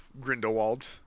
Grindelwald